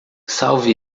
salve